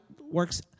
works